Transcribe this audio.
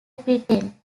britain